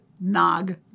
Nog